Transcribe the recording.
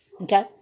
Okay